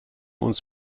uns